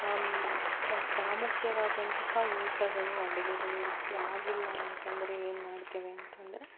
ಪ್ರಾಮುಖ್ಯವಾದಂತಹ ಊಟಗಳು ಅಡುಗೆಗಳು ರುಚಿ ಆಗಿಲ್ಲ ಅಂತಂದರೆ ಏನು ಮಾಡ್ತೇವೆ ಅಂತಂದರೆ